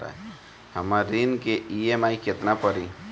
हमर ऋण के ई.एम.आई केतना पड़ी?